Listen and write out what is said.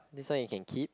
this one you can keep